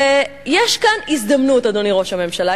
ויש כאן הזדמנות, אדוני ראש הממשלה.